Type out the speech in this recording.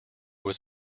was